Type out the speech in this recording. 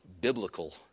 biblical